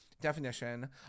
definition